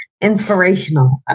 inspirational